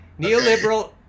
Neoliberal